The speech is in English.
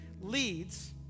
leads